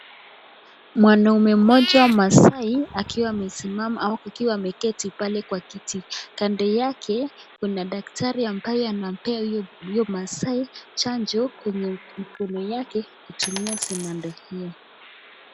Mwanamume mmoja mmaasai akiwa amesimama au akiwa ameketi pale kwa kiti. Kando yake kuna daktari ambaye anampea huyo maasai chanjo kwenye mkono yake kutumia sindano hio.